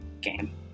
game